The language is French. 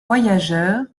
voyageurs